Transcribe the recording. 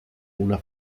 una